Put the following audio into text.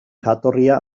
jatorria